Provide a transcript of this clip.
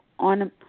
On